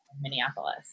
Minneapolis